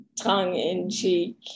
tongue-in-cheek